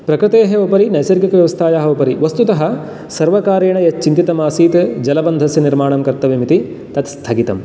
प्रकृतेः उपरि नैसर्गिकव्यवस्थायाः उपरि वस्तुतः सर्वकारेण यत् चिन्तितम् आसीत् जलबन्धस्य निर्माणं कर्तव्यम् इति तत् स्थगितम्